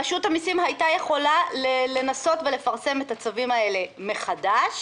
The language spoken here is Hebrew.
רשות המסים הייתה יכולה לנסות לפרסם את הצווים האלה מחדש.